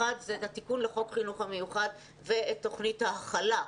התיקון לחוק החינוך המיוחד עם תכנית ההכלה,